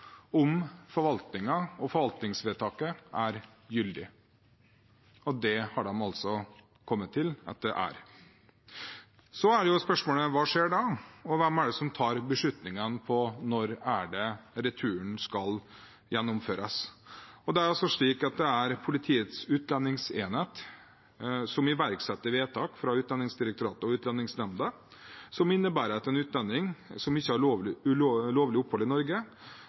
om forvaltningen og forvaltningsvedtaket er gyldig. Det har de altså kommet til at det er. Så er spørsmålet hva som skjer da, og hvem som tar beslutningene om når returen skal gjennomføres. Det er Politiets utlendingsenhet som iverksetter vedtak fra Utlendingsdirektoratet og Utlendingsnemnda, som innebærer at det for en utlending som ikke har lovlig opphold i Norge,